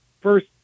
first